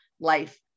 life